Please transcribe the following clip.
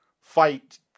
fight